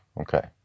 Okay